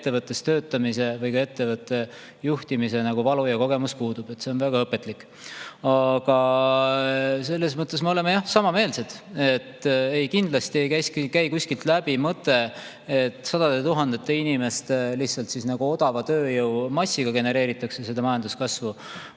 ettevõttes töötamise või ka ettevõtte juhtimise valu ja kogemus puudub. See on väga õpetlik. Aga selles mõttes me oleme sama meelt, et kindlasti ei käi kuskilt läbi mõte, et sadade tuhandete inimeste, lihtsalt odava tööjõu massi abil genereeritakse seda majanduskasvu.